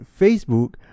facebook